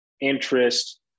interest